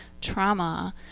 trauma